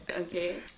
Okay